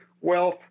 wealth